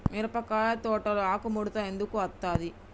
మిరపకాయ తోటలో ఆకు ముడత ఎందుకు అత్తది?